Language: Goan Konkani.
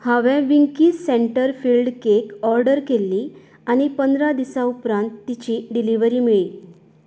हांवें Winkies centre filled cake order केल्ली आनी पंदरा दिसां उपरांत तिची डिलिव्हरी मेळ्ळी